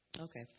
Okay